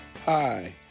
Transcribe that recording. Hi